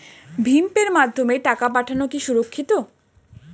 ভিম পের মাধ্যমে টাকা পাঠানো কি সুরক্ষিত?